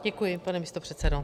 Děkuji, pane místopředsedo.